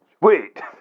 Wait